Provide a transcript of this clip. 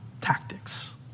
tactics